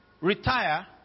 retire